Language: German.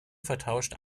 vertauscht